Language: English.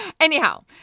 Anyhow